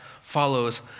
follows